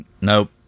Nope